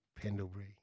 Pendlebury